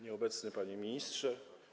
Nieobecny Panie Ministrze!